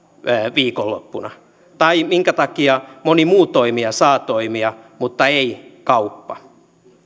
viikonloppuna tai minkä takia moni muu toimija saa toimia mutta ei kauppa